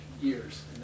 years